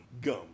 gum